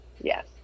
yes